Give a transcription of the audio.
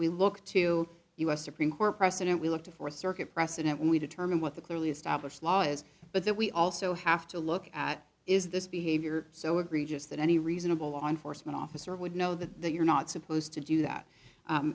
we look to u s supreme court precedent we look to for circuit precedent when we determine what the clearly established law is but that we also have to look at is this behavior so egregious that any reasonable law enforcement officer would know that that you're not supposed to do that